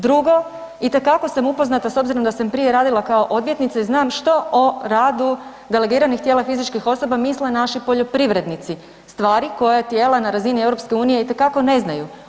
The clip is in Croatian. Drugo, itekako sam upoznata s obzirom da sam prije radila kao odvjetnica i znam što o radi delegiranih tijela fizičkih osoba misle naši poljoprivrednici, stvari koje tijela na razini EU itekako ne znaju.